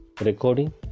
recording